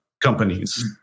companies